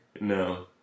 No